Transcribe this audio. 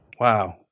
Wow